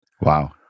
Wow